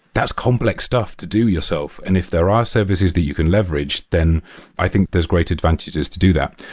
that's complex stuff to do yourself, and if there are services that you can leverage, then i think there's great advantages to do that.